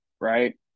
Right